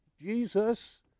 Jesus